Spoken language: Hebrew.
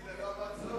כי זה לא מצור.